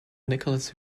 nicholas